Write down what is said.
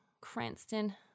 Cranston